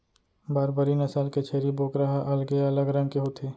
बारबरी नसल के छेरी बोकरा ह अलगे अलग रंग के होथे